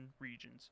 regions